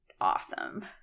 awesome